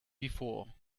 before